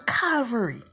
Calvary